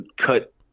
cut